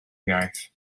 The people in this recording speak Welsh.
iaith